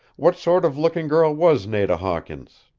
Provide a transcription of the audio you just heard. what sort of looking girl was nada hawkins?